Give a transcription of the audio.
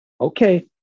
Okay